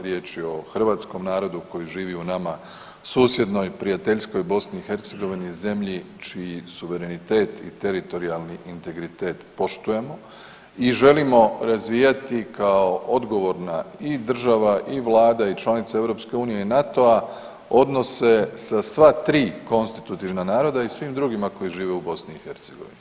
Riječ je o hrvatskom narodu koji živi u nama susjednoj, prijateljskoj BiH, zemlji čiji suverenitet i teritorijalni integritet poštujemo i želimo razvijati kao odgovorna i država i vlada i članica EU i NATO-a odnose sa sva 3 konstitutivna naroda i svim drugima koji žive u BiH.